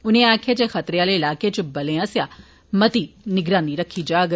उनें आक्खेआ जे खतरे आहले इलाकें च बलें आसेआ मती निगरानी रक्खी जाग